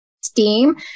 steam